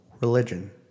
religion